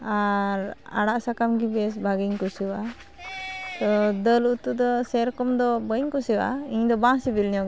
ᱟᱨ ᱟᱲᱟᱜᱼᱥᱟᱠᱟᱢᱜᱮ ᱵᱮᱥ ᱵᱷᱟᱜᱮᱧ ᱠᱩᱥᱤᱣᱟᱜᱼᱟ ᱛᱚ ᱫᱟᱹᱞ ᱩᱛᱩᱫᱚ ᱥᱮᱨᱚᱠᱚᱢᱫᱚ ᱵᱟᱹᱧ ᱠᱩᱥᱤᱣᱟᱜᱼᱟ ᱤᱧᱫᱚ ᱵᱟᱝ ᱥᱤᱵᱤᱞᱤᱧᱟᱹ